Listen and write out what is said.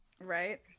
Right